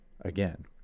again